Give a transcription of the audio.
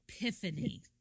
epiphany